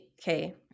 okay